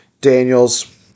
Daniels